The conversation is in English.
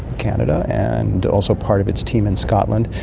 canada, and also part of its team in scotland.